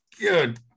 good